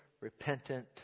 repentant